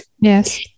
Yes